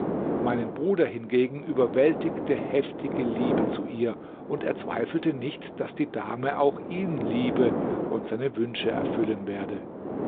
meinen bruder hingegen überwältigte heftige liebe zu ihr und er zweifelte nicht daß die dame auch ihn liebe und seine wünsche erfüllen werde